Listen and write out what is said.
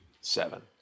Seven